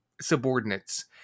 subordinates